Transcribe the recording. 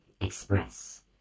express